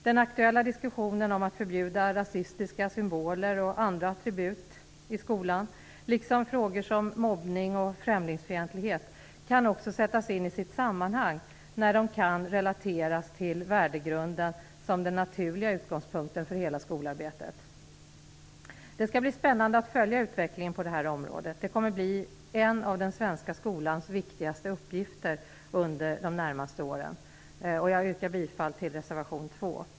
Den aktuella diskussionen om att förbjuda rasistiska symboler och andra attribut i skolan, liksom frågor som mobbning och främlingsfientlighet, kan också sättas in i sitt sammanhang när de kan relateras till värdegrunden som den naturliga utgångspunkten för hela skolarbetet. Det skall bli spännande att följa utvecklingen på detta område, vilket kommer att bli en av den svenska skolans viktigaste uppgifter under de närmaste åren. Jag yrkar bifall till reservation 2.